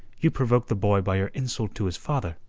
you provoked the boy by your insult to his father.